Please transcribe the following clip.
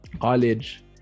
College